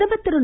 பிரதமர் திரு